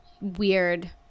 weird